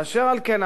אשר על כן,